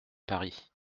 paris